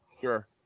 Sure